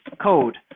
code